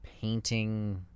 painting